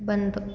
बंद